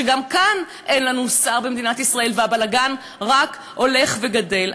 שגם כאן אין לנו שר במדינת ישראל והבלגן רק הולך וגדל.